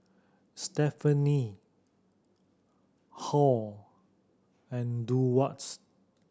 Stephani Halle and Durward